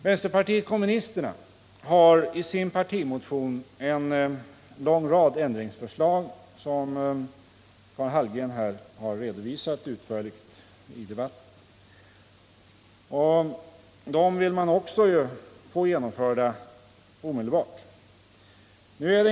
Vpk hari sin partimotion en lång rad ändringsförslag, som herr Hallgren utförligt har redovisat i sitt anförande. Också dessa vill man få genomförda omedelbart.